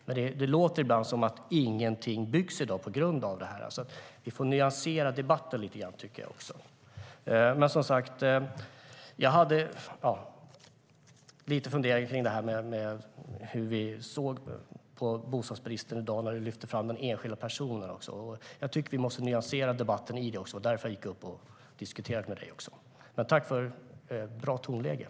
Ibland låter det som att inget byggs i dag på grund av detta, men vi får nyansera debatten.